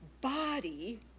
body